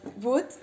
wood